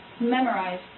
memorize